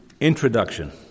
introduction